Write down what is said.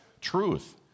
truth